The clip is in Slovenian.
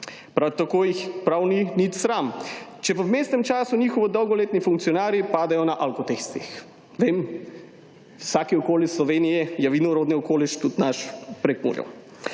Prav tako jih prav ni nič sram, če v vmesnem času njihovi dolgoletni funkcionarji padejo na alkotestih. Vem, vsak okoliš Slovenije je vinorodni okoliš, tudi naš v Prekmurju.